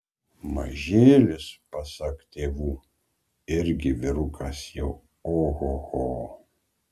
mažėlis pasak tėvų irgi vyrukas jau ohoho